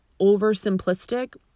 oversimplistic